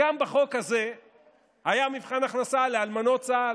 גם בחוק הזה היה מבחן הכנסה לאלמנות צה"ל,